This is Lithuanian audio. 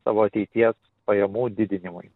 savo ateities pajamų didinimui